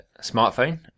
smartphone